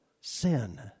sin